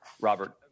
Robert